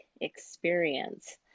experience